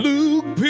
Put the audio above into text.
Luke